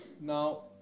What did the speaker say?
Now